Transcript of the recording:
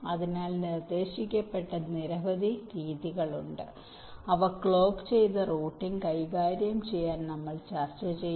അതിനാൽ നിർദ്ദേശിക്കപ്പെട്ട നിരവധി രീതികളുണ്ട് അവ ക്ലോക്ക് ചെയ്ത റൂട്ടിംഗ് കൈകാര്യം ചെയ്യാൻ നമ്മൾ ചർച്ച ചെയ്യും